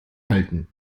halten